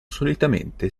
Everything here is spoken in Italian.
solitamente